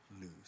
lose